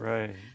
Right